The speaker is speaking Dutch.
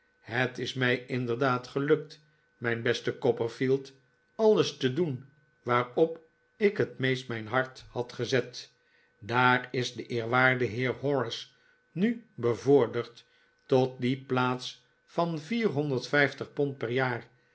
het is mij inderdaad gelukt mijn beste copperfield alles te doen waarop ik het meest mijn hart had gezet daar is de eerwaarde heer horace nu bevorderd tot die plaats van vierhonderd vijftig pond per jaar